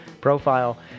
profile